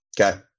okay